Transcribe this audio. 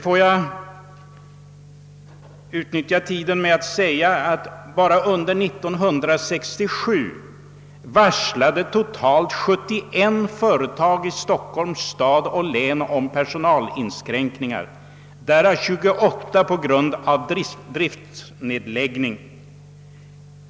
Bara under 1967 varslade totalt 71 företag i Stockholms stad och län om personalinskränkningar, därav 28 på grund av driftsnedläggning.